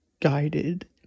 guided